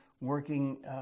working